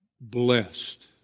blessed